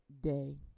day